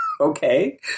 okay